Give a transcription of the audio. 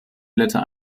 blätter